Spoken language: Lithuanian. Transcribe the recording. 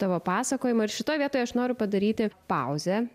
tavo pasakojimo ir šitoj vietoj aš noriu padaryti pauzę